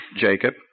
Jacob